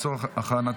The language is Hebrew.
נתקבלה.